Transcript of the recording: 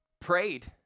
prayed